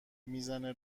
میزنه